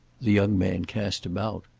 the young man cast about.